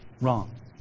wrong